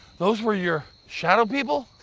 those were your shadow people?